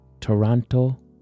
Toronto